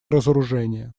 разоружение